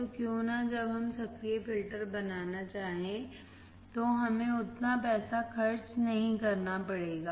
तो क्यों न जब हम सक्रिय फिल्टर बनाना चाहें तो हमें उतना पैसा खर्च नहीं करना पड़ेगा